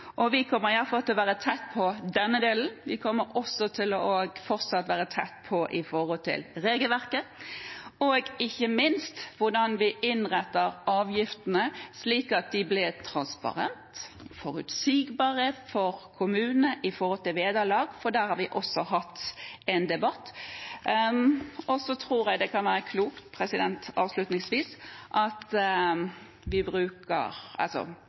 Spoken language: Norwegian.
vi kommer iallfall til å være tett på denne delen. Vi kommer også til fortsatt å være tett på regelverket, og ikke minst på hvordan vi innretter avgiftene, slik at de blir transparente og forutsigbare for kommunene med hensyn til vederlag, for om det har vi også hatt en debatt. Så tror jeg det kan være klokt – avslutningsvis – at vi